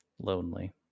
lonely